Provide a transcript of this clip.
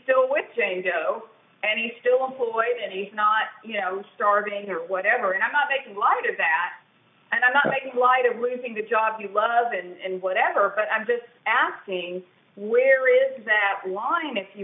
still would say though and he still employed it he's not you know starving or whatever and i'm not making a lot of that and i'm not making light of losing the job you love and whatever but i'm just asking where is that line if you